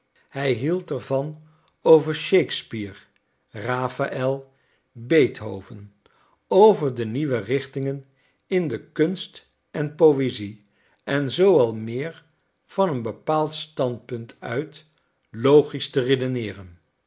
hij hield er van over shakespeare rafaël beethoven over de nieuwere richtingen in de kunst en poëzie en zoo al meer van een bepaald standpunt uit logisch te redeneeren